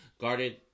Guarded